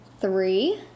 three